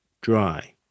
dry